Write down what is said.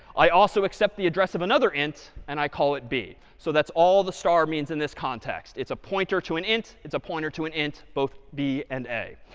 i also accept the address of another int and i call it b. so that's all the star means in this context. it's a pointer to an int. it's a pointer to an int, both b and a.